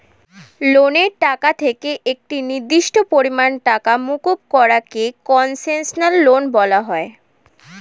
লোনের টাকা থেকে একটি নির্দিষ্ট পরিমাণ টাকা মুকুব করা কে কন্সেশনাল লোন বলা হয়